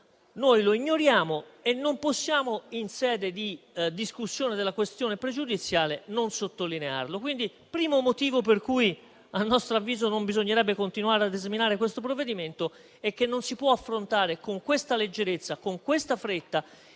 noi lo ignoriamo e non possiamo, in sede di discussione della questione pregiudiziale, non sottolinearlo. Quindi il primo motivo per cui, a nostro avviso, non bisognerebbe continuare ad esaminare questo provvedimento è che non si può affrontare, con questa leggerezza, con questa fretta